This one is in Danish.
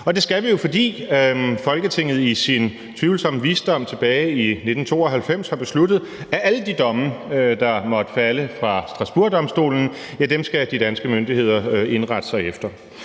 Det skal vi jo, fordi Folketinget i sin tvivlsomme visdom tilbage i 1992 besluttede, at alle de domme, der måtte falde fra Strasbourgdomstolen, skal de danske myndigheder indrette sig efter.